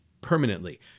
permanently